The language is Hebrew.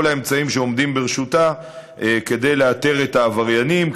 האמצעים שעומדים לרשותה כדי לאתר את העבריינים,